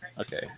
Okay